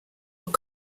were